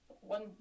one